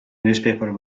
newspaper